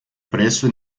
preço